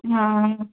हा